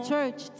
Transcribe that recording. Church